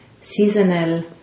seasonal